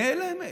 נאלמת,